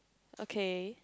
okay